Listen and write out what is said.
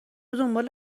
دنبال